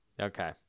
okay